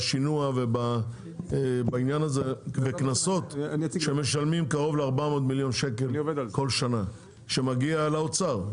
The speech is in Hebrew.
בשינוע וקנסות שמשלמים קרוב ל-400 מיליון שקל שמגיעים לאוצר.